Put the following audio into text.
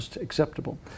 acceptable